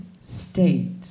state